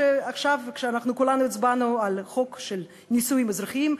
עכשיו כשכולנו הצבענו על חוק הנישואים האזרחיים,